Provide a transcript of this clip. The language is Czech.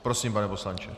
Prosím, pane poslanče.